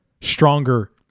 stronger